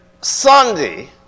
Sunday